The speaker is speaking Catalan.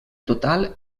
total